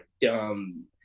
dumb